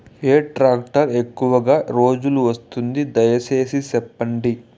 ఏ tractor ఎక్కువగా రోజులు వస్తుంది, దయసేసి చెప్పండి?